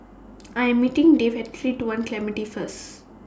I Am meeting Dave At three two one Clementi First